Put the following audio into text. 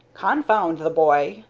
confound the boy!